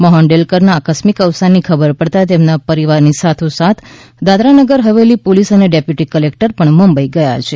મોહન ડેલકરના આકસ્મિક અવસાનની ખબર પડતાં તેમના પરિવારની સાથોસાથ દાદરા નગર હવેલી પોલિસ અને ડેપ્યુટી કલેક્ટર પણ મુંબઈ ગયા છે